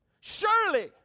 surely